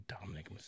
Dominic